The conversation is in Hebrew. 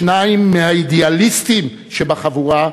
שניים מהאידיאליסטים בחבורה,